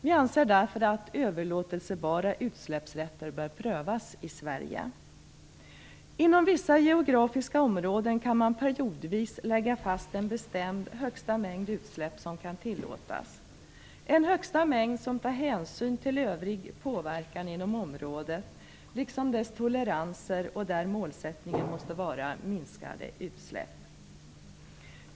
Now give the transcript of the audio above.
Vi anser därför att överlåtelsebara utsläppsrätter bör prövas i Sverige. Inom vissa geografiska områden kan man periodvis slå fast en bestämd högsta mängd utsläpp som kan tillåtas, en högsta mängd som tar hänsyn till övrig påverkan inom området liksom dess toleranser och där målsättningen måste vara minskade utsläpp.